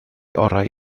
orau